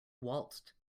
waltzed